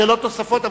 שאלות נוספות,